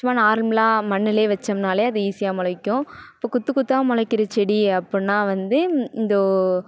சும்மா நார்மலாக மண்ணுலேயே வச்சோம்னாலே அது ஈஸியாக முளைக்கும் இப்போ கொத்து கொத்தா முளைக்கிற செடி அப்படினா வந்து இந்த